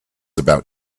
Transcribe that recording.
about